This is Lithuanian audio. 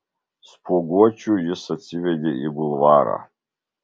spuoguočių jis atsivedė į bulvarą